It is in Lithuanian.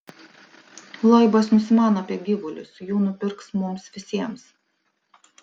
loibas nusimano apie gyvulius jų nupirks mums visiems